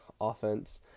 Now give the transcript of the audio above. offense